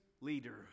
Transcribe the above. leader